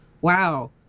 wow